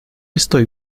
estoy